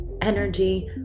energy